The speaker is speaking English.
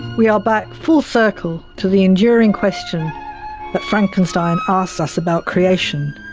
we are back full circle to the enduring question that frankenstein asks us about creation.